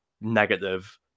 negative